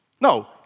No